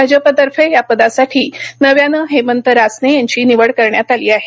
भाजपतर्फे या पदासाठी नव्याने हेमंत रासने यांची निवड करण्यात करण्यात आली आहे